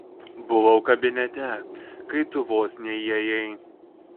buvau kabinete kai tu vos neįėjai